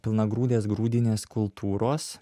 pilnagrūdės grūdinės kultūros